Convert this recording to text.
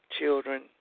children